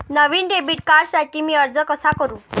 नवीन debit कार्डसाठी मी अर्ज कसा करू?